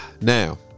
Now